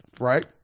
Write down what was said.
right